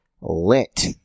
lit